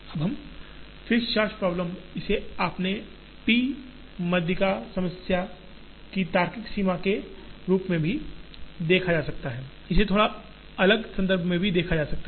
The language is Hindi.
अब फिक्स्ड चार्ज प्रॉब्लम इसे अपने पी माध्यिका समस्या की तार्किक सीमा के रूप में देखा जा सकता है इसे थोड़ा अलग संदर्भ में भी देखा जा सकता है